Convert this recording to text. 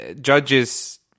judges